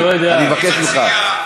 אני מבקש ממך.